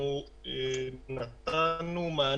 אנחנו נתנו מענה,